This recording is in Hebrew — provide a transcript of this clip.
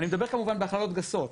אני מדבר כמובן בהכללות גסות,